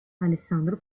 alessandro